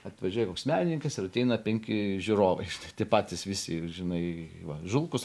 atvažiuoja koks menininkas ir ateina penki žiūrovai tie patys visi ir žinai va žulkus